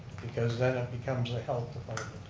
because then it becomes the health